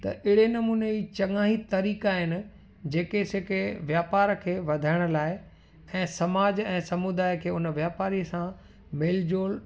त अहिड़े नमूने ही चङा ई तरीक़ा आहिनि जेके सेके वापार खे वधाइण लाइ ऐं समाज ऐं समुदाय खे उन वापारी सां मेल जोल